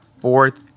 fourth